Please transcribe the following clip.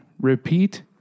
repeat